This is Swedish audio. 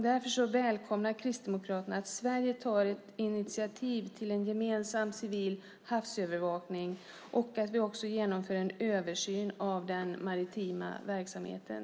Därför välkomnar Kristdemokraterna att Sverige tar ett initiativ till en gemensam civil havsövervakning och att vi också genomför en översyn av den maritima verksamheten.